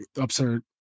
Absurd